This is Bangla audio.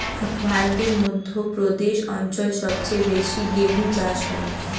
ভারতের মধ্য প্রদেশ অঞ্চল সবচেয়ে বেশি গেহু চাষ হয়